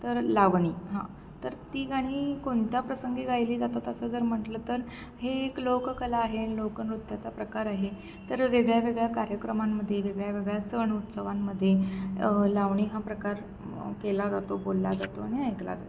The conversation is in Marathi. तर लावणी हां तर ती गाणी कोणत्या प्रसंगी गायली जातात तसं जर म्हंटलं तर हे एक लोककला आहे लोकनृत्याचा प्रकार आहे तर वेगळ्या वेगळ्या कार्यक्रमांमध्ये वेगळ्या वेगळ्या सण उत्सवांमध्ये लावणी हा प्रकार केला जातो बोलला जातो आणि ऐकला जातो